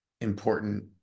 important